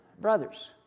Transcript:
brothers